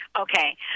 Okay